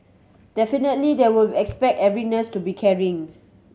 definitely they will expect every nurse to be caring